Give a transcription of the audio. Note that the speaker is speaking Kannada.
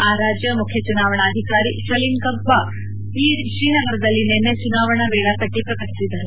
ಆ ರಾಜ್ಯ ಮುಖ್ಯ ಚುನಾವಣಾಧಿಕಾರಿ ಶಲೀನ್ ಕಬ್ರ ಶ್ರೀನಗರದಲ್ಲಿ ನಿನ್ನೆ ಚುನಾವಣಾ ವೇಳಾ ಪಟ್ಟಿ ಪ್ರಕಟಿಸಿದರು